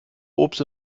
obst